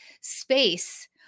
space